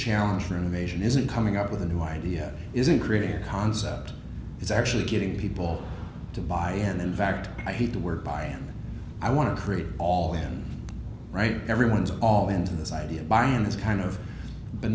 challenge for innovation isn't coming up with a new idea isn't creating a concept it's actually getting people to buy and in fact i hate the word bae and i want to create all them right everyone's all into this idea of buying this kind of